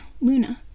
Luna